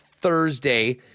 Thursday